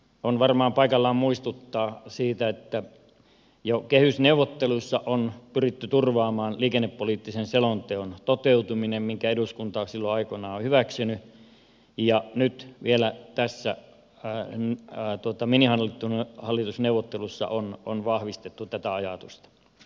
on varmaan paikallaan muistuttaa siitä että jo kehysneuvotteluissa on pyritty turvaamaan liikennepoliittisen selonteon toteutuminen minkä eduskunta silloin aikoinaan on hyväksynyt ja nyt vielä näissä minihallitusneuvotteluissa on vahvistettu tätä ajatusta